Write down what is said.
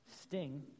sting